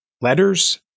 letters